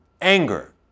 Anger